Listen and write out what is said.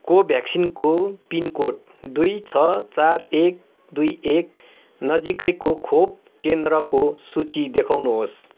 कोभ्याक्सिनको pin code दुई छ चार एक दुई एक नजिकैको खोप केन्द्रको सूची देखाउनुहोस्